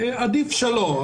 עדיף שלא.